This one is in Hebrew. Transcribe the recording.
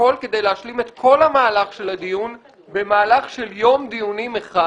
להשלים את כל המהלך של הדיון במהלך של יום דיונים אחד,